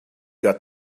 got